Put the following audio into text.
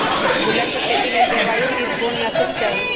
गुल्लर कें खेती लेल जलवायु शीतोष्ण आ शुष्क चाहि